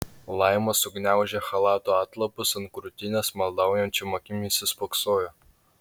laima sugniaužė chalato atlapus ant krūtinės maldaujančiom akim įsispoksojo